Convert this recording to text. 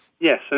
Yes